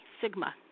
Sigma